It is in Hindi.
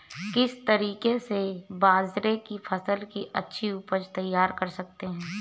किस तरीके से बाजरे की फसल की अच्छी उपज तैयार कर सकते हैं?